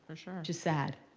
just sad.